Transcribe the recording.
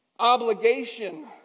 obligation